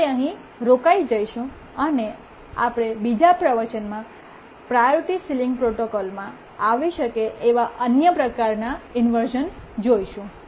આપણે અહીં રોકાઈ જઈશું અને આપણે બીજા પ્રવચનોમાં પ્રાયોરિટી સીલીંગ પ્રોટોકોલમાં આવી શકે તેવા અન્ય પ્રકારનાં ઇન્વર્શ઼ન જોઈશું